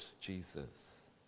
Jesus